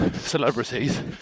celebrities